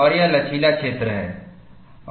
और यह लचीला क्षेत्र है